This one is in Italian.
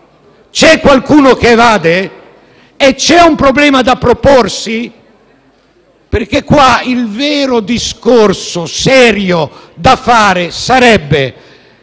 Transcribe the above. C'è qualcuno che evade? C'è un problema da porsi? Il vero discorso serio da fare sarebbe: